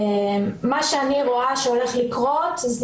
מה שאני רואה שהולך לקרות,